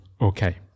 okay